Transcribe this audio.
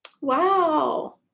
Wow